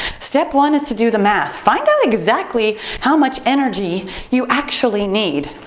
step one is to do the math. find out exactly how much energy you actually need.